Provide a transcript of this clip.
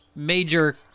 major